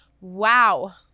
Wow